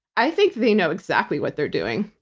i think they know exactly what they're doing.